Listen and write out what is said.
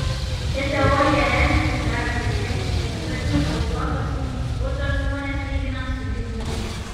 šia teorija remiantis galima įžvelgti kaip dviračio šou juokas kurtas žmones lyginant su gyvūnais